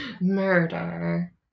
Murder